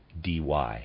dy